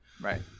Right